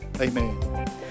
Amen